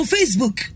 Facebook